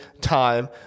time